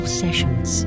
sessions